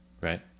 Right